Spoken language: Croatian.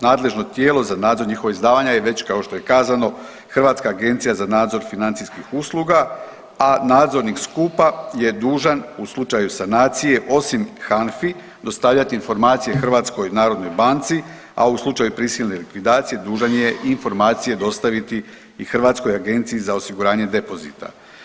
Nadležno tijelo za nadzor njihovog izdavanja je već kao što je i kazano Hrvatska agencija za nadzor financijskih usluga, a nadzornik skupa je dužan u slučaju sanacije osim HANFI dostavljati informacije Hrvatskoj narodnoj banci, a u slučaju prisilne likvidacije dužan je informacije dostaviti i Hrvatskoj agenciji za osiguranje depozita.